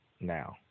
now